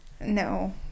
No